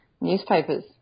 newspapers